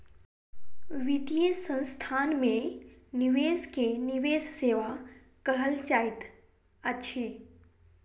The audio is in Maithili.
वित्तीय संस्थान में निवेश के निवेश सेवा कहल जाइत अछि